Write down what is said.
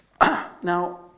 Now